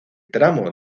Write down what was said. tramo